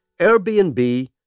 Airbnb